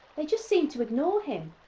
they just seemed to ignore him.